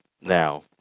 now